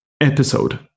episode